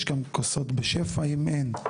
יש כאן כוסות בשפע ואם אין,